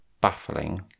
baffling